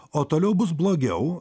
o toliau bus blogiau